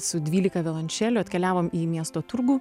su dvylika violončelių atkeliavom į miesto turgų